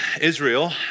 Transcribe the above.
Israel